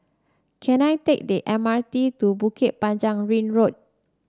can I take the M R T to Bukit Panjang Ring Road